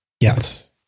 Yes